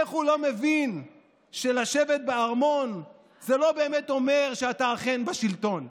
איך הוא לא מבין שלשבת בארמון זה לא באמת אומר שאתה אכן בשלטון?